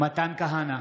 מתן כהנא,